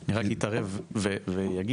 אני רק אתערב ואגיד,